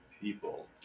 people